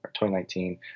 2019